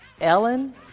Ellen